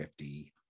50